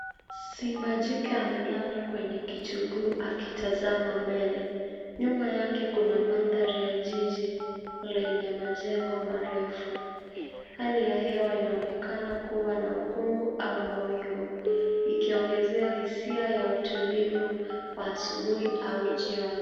Simba jike amelala kwenye kichuguu akiatazama mbele. Nyuma yake kuna mandhari ya jiji lenye majengo marefu. Hali ya hewa inaonekana kuwa na ukungu au mawingu ikionezea hisia ya utulivu wa asubuhi au jioni.